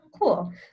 Cool